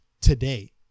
today